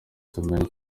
tumenye